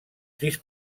sis